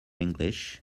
english